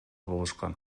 болушкан